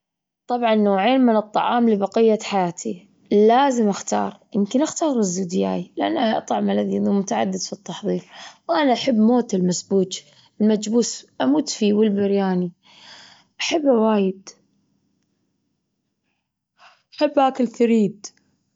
طبعًا نوعين من الطعام لبقية حياتي لازم اختار، يمكن اختار رز ودياي لأنه طعمه لذيذ ومتعدد في التحضير، وأنا أحب موت المسبوج المجبوس أموت فيه والبرياني أحبه وايد. أحب أكل ثريد.